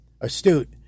astute